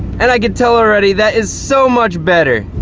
and i can tell already that is so much better